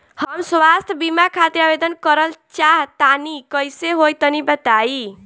हम स्वास्थ बीमा खातिर आवेदन करल चाह तानि कइसे होई तनि बताईं?